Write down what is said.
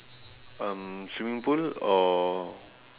um swimming pool or